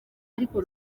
ariko